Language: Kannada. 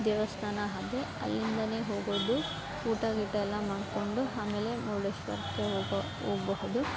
ದೇವಸ್ಥಾನ ಅದು ಅಲ್ಲಿಂದಲೇ ಹೋಗೋದು ಊಟ ಗೀಟ ಎಲ್ಲ ಮಾಡಿಕೊಂಡು ಆಮೇಲೆ ಮುರುಡೇಶ್ವರಕ್ಕೆ ಹೋಗೋ ಹೋಗ್ಬಹುದು